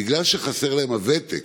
בגלל שחסר להם הוותק,